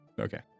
Okay